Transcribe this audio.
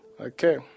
Okay